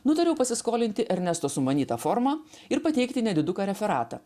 nutariau pasiskolinti ernesto sumanytą formą ir pateikti nediduką referatą